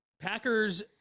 Packers